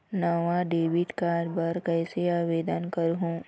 नावा debit card बर कैसे आवेदन करहूं?